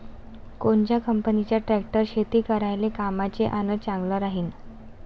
कोनच्या कंपनीचा ट्रॅक्टर शेती करायले कामाचे अन चांगला राहीनं?